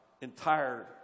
entire